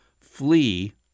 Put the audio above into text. flee